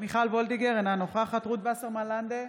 מיכל וולדיגר, אינה נוכחת רות וסרמן לנדה,